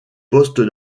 poste